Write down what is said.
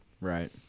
right